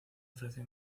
ofreció